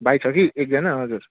भाइ छ कि एकजना हजुर